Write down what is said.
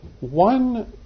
one